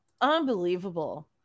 unbelievable